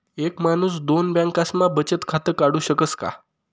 एक माणूस दोन बँकास्मा बचत खातं काढु शकस का?